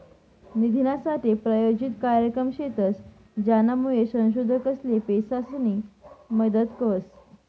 निधीनासाठे प्रायोजित कार्यक्रम शेतस, ज्यानामुये संशोधकसले पैसासनी मदत व्हस